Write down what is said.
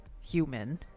human